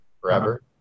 forever